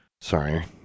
Sorry